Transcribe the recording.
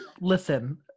Listen